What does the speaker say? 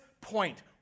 point